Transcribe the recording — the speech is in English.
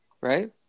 Right